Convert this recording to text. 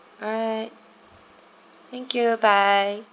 alright thank you bye